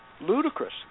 ludicrous